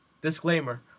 Disclaimer